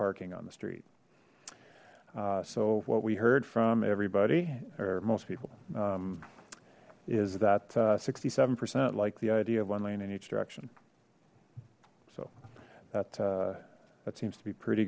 parking on the street so what we heard from everybody or most people is that sixty seven percent like the idea of one lane in each direction so that that seems to be pretty